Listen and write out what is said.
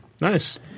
Nice